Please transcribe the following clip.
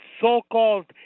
so-called